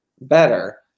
better